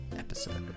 episode